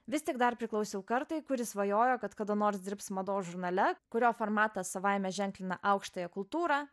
vis tik dar priklausiau kartai kuri svajojo kad kada nors dirbs mados žurnale kurio formatas savaime ženklina aukštąją kultūrą